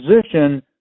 position